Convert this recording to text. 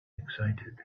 excited